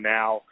now